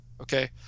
okay